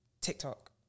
TikTok